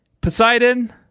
Poseidon